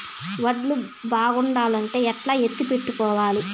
వడ్లు బాగుండాలంటే ఎట్లా ఎత్తిపెట్టుకోవాలి?